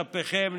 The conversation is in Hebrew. טפכם,